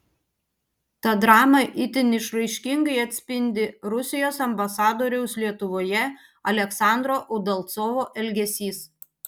tą dramą itin išraiškingai atspindi rusijos ambasadoriaus lietuvoje aleksandro udalcovo elgesys